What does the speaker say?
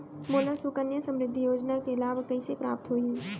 मोला सुकन्या समृद्धि योजना के लाभ कइसे प्राप्त होही?